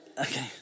Okay